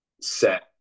set